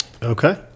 Okay